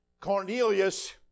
Cornelius